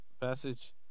passage